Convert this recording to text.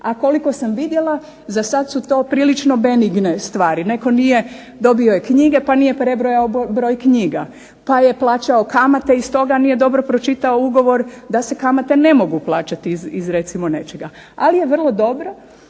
a koliko sam vidjela za sad su to prilično benigne stvari. Netko nije, dobio je knjige pa nije prebrojao broj knjiga pa je plaćao kamate i stoga nije dobro pročitao ugovor da se kamate ne mogu plaćati iz recimo nečega. Ali je vrlo dobro